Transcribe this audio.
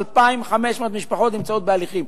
2,500 משפחות נמצאות בהליכים.